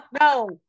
No